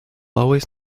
always